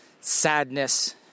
sadness